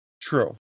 True